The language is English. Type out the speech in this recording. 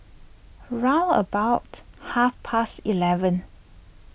round about half past eleven